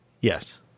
Yes